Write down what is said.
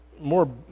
more